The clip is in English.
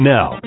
Now